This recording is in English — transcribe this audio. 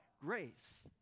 Grace